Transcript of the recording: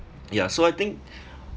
ya so I think